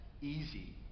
easy